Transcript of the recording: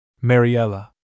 Mariella